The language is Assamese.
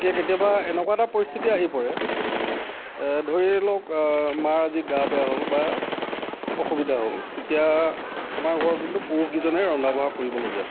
কেতিয়াবা এনেকুৱা এটা পৰিস্থিতি আহি পৰে ধৰিলওক মাৰ আজি গা বেয়া হ'ল বা অসুবিধা হ'ল তেতিয়া আমাৰ ঘৰৰ পুৰুষকেইজনে কিন্তু ৰন্ধা বঢ়া কৰিবলগীয়া হয়